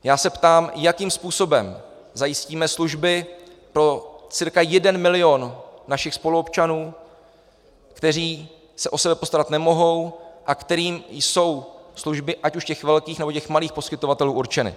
Ptám se, jakým způsobem zajistíme služby pro cca jeden milion našich spoluobčanů, kteří se o sebe postarat nemohou a kterým jsou služby ať už těch velkých, nebo těch malých poskytovatelů určeny.